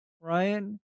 Ryan